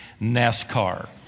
NASCAR